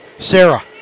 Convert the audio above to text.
Sarah